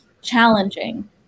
challenging